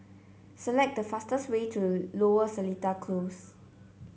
select the fastest way to Lower Seletar Close